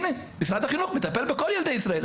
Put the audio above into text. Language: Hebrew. הנה, משרד החינוך מטפל בכל ילדי ישראל.